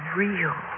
real